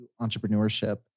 entrepreneurship